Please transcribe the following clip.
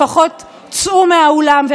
לפחות צאו מהאולם,